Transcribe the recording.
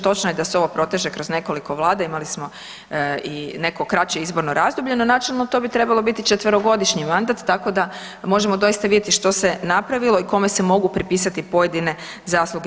Točno je da se ovo proteže kroz nekoliko vlada, imali smo i neko kraće izborno razdoblje no načelno to bi trebalo biti četverogodišnji mandat tako da možemo doista vidjeti što se napravilo i kome se mogu pripisati pojedine zasluge.